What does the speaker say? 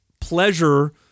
pleasure